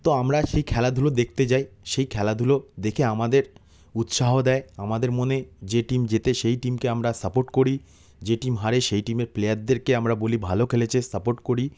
তো আমরা সেই খেলাধুলো দেখতে যাই সেই খেলাধুলো দেখে আমাদের উৎসাহ দেয় আমাদের মনে যে টিম জেতে সেই টিমকে আমরা সাপোর্ট করি যে টিম হারে সেই টিমের প্লেয়ারদেরকে আমরা বলি ভালো খেলেছে সাপোর্ট করি